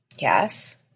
Yes